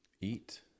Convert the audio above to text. Eat